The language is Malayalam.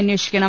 അന്വേഷിക്കണം